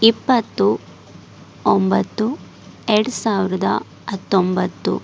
ಇಪ್ಪತ್ತು ಒಂಬತ್ತು ಎರಡು ಸಾವಿರದ ಹತ್ತೊಂಬತ್ತು